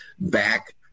back